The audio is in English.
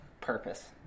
purpose